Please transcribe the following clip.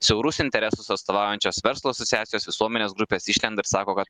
siaurus interesus atstovaujančios verslo asociacijos visuomenės grupės išlenda ir sako kad